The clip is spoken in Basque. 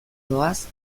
doaz